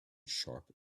sharp